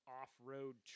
off-road